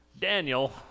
Daniel